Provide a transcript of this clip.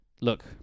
Look